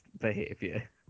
behavior